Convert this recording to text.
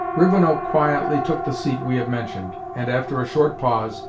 rivenoak quietly took the seat we have mentioned, and, after a short pause,